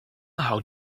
how